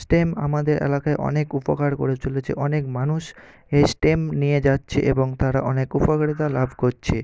stem আমাদের এলাকায় অনেক উপকার করে চলেছে অনেক মানুষ এই স্টেম নিয়ে যাচ্ছে এবং তারা অনেক উপকারিতা লাভ করছে